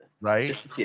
Right